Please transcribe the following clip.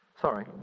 sorry